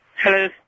Hello